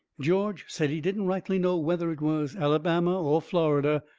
george said he didn't rightly know whether it was alabama or florida.